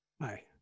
Hi